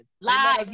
live